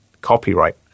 copyright